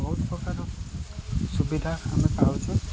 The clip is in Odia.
ବହୁତ ପ୍ରକାର ସୁବିଧା ଆମେ ପାଉଛୁ